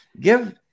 give